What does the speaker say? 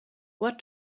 what